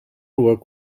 work